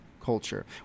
culture